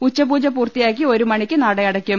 ഉച്ചപൂജ പൂർത്തി യാക്കി ഒരു മണിയ്ക്ക് നടയടക്കും